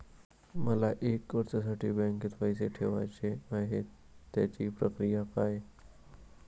मला एक वर्षासाठी बँकेत पैसे ठेवायचे आहेत त्याची प्रक्रिया काय?